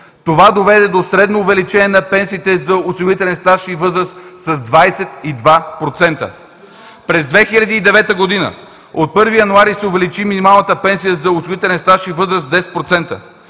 Това доведе до средно увеличение на пенсиите за осигурителен стаж и възраст с 22%. През 2009 г. от 1 януари се увеличи минималната пенсия за осигурителен стаж и възраст с 10%.